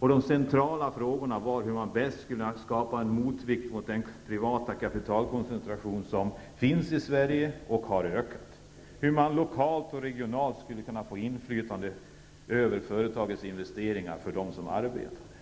De centrala frågorna var hur man bäst skulle kunna skapa en motvikt till den privata kapitalkoncentration som finns i Sverige och har ökat, hur man lokalt och regionalt skulle kunna få inflytande över företagens investeringar för dem som arbetar i företagen.